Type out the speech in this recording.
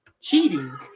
cheating